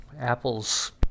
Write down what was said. Apple's